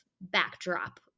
backdrop